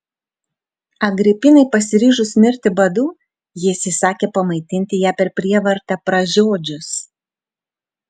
agripinai pasiryžus mirti badu jis įsakė pamaitinti ją per prievartą pražiodžius